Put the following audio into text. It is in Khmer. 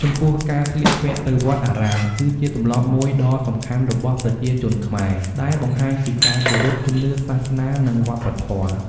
ចំពោះការស្លៀកពាក់ទៅវត្តអារាម គឺជាទម្លាប់មួយដ៏សំខាន់របស់ប្រជាជនខ្មែរដែលបង្ហាញពីការគោរព ជំនឿសាសនា និងវប្បធម៌។